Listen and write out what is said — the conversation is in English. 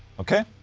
ok?